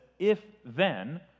if-then